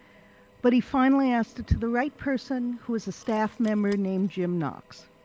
but he finally asked it to the right person who is a staff member named jim knox.